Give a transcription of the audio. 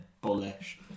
Bullish